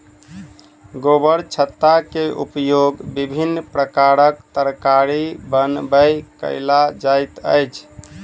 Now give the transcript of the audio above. गोबरछत्ता के उपयोग विभिन्न प्रकारक तरकारी बनबय कयल जाइत अछि